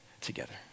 together